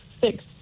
Six